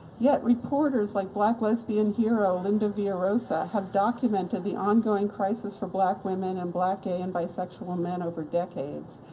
yet reporters like black lesbian hero linda villarosa have documented the ongoing crisis for black women and black gay and bisexual men over decades.